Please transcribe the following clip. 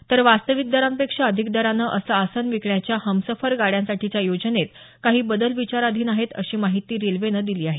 तर वास्तविक दरांपेक्षा अधिक दरानं असं आसन विकण्याच्या हमसफर गाड्यांसाठीच्या योजनेत काही बदल विचाराधीन आहेत अशी माहिती रेल्वेनं दिली आहे